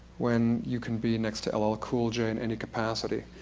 when you can be next to ll ah cool j in any capacity.